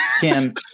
Tim